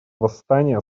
восстания